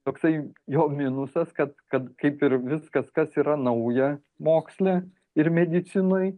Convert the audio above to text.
toksai jo minusas kad kad kaip ir viskas kas yra nauja moksle ir medicinoj